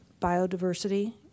biodiversity